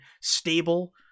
stable